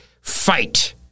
fight